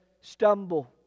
stumble